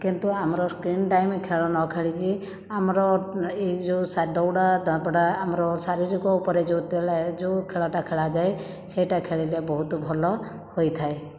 କିନ୍ତୁ ଆମର screen time ଖେଳ ନ ଖେଳିକି ଆମର ଏଇ ଯେଉଁ ଶା ଦୌଡ଼ା ଧାଁପଡ଼ା ଆମର ଶାରୀରିକ ଉପରେ ଯେଉଁତେଳେ ଯେଉଁ ଖେଳଟା ଖେଳା ଯାଏ ସେଇଟା ଖେଳିଲେ ବହୁତ ଭଲ ହୋଇଥାଏ